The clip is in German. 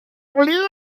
lehre